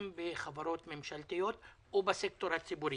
לפני שנתיים הוקם האגף בנציבות שירות המדינה שאני עומדת בראשו.